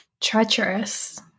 treacherous